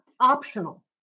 optional